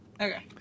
okay